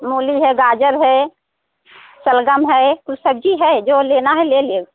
मूली है गाजर है शलजम है कुछ सब्ज़ी है जो लेना है ले लो